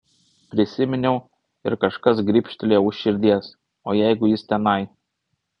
prisiminiau ir kažkas gribštelėjo už širdies o jeigu jis tenai